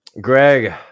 Greg